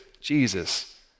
Jesus